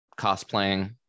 cosplaying